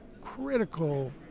critical